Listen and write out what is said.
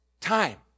time